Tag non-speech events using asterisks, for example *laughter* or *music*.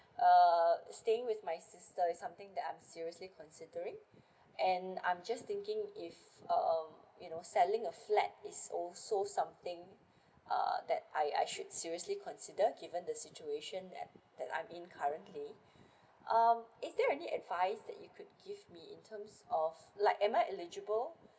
uh staying with my sister is something that I'm seriously considering and I'm just thinking if um you know selling a flat is also something *breath* uh that I I should seriously consider given the situation that that I'm in currently *breath* um is there any advice that you could give me in terms of like am I eligible